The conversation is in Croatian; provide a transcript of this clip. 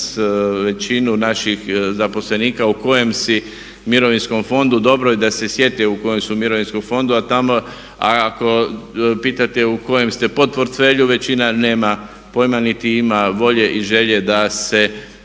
većinu naših zaposlenika u kojem si mirovinskom fondu. Dobro je da se sjete u kojem su mirovinskom fondu, a tamo ako pitate u kojem ste podportfelju većina nema pojma niti ima volje i želje da se